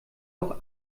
auch